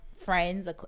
friends